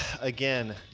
again